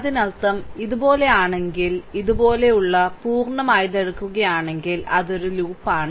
അതിനർത്ഥം ഇതുപോലെയാണെങ്കിൽ ഇതുപോലുള്ള പൂർണ്ണമായത് എടുക്കുകയാണെങ്കിൽ അത് ഒരു ലൂപ്പാണ്